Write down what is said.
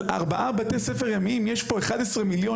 על ארבעה בתי ספר ימיים יש פה 11 מיליון